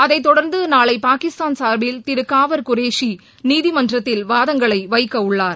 அதைத் தொடர்ந்து நாளை பாகிஸ்தான் சார்பில் திரு காவர் குரேஷி நீதிமன்றத்தில் வாதங்களை வைக்கவுள்ளார்